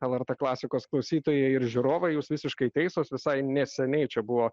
lrt klasikos klausytojai ir žiūrovai jūs visiškai teisūs visai neseniai čia buvo